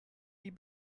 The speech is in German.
die